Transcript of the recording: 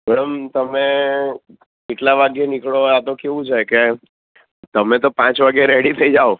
madam તમે કેટલા વાગે નીકળવાના આ તો કેવું છે કે તમે તો પાંચ વાગે રેડી થઈ જાવ